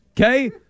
Okay